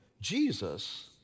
Jesus